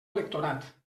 electorat